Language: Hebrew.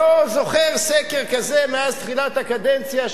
לא זוכר סקר כזה מאז תחילת הקדנציה,